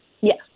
Yes